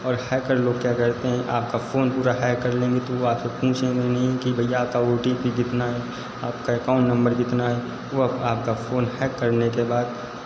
और हैकर लोग क्या करते हैं आपका फ़ोन पूरा हैक कर लेंगे तो वह आपसे पूछेंगे नहीं कि भैया आपका ओ टी पी कितना है आपका एकाउन्ट नंबर कितना है वह आपका फ़ोन हैक करने के बाद